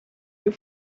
you